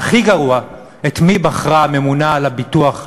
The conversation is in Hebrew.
והכי גרוע, את מי בחרה הממונה על הביטוח להעניש?